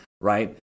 Right